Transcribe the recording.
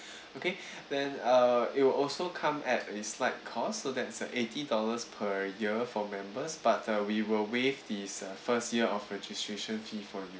okay then uh it will also come at a slight cost so that's a eighty dollars per year for members but uh we will waive this uh first year of registration fee for you